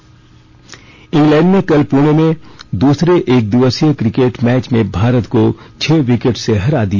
cricket England ने कल पुणे में दूसरे एकदिवसीय क्रिकेट मैच में भारत को छह विकेट से हरा दिया